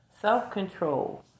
Self-control